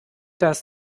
das